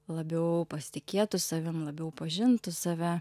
labiau pasitikėtų savimi labiau pažintų save